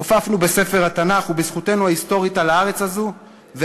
נופפנו בספר התנ"ך ובזכותנו ההיסטורית על הארץ הזאת,